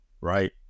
Right